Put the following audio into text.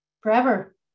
Forever